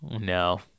No